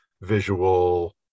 visual